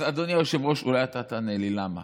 אז אדוני היושב-ראש, אולי אתה תענה לי למה.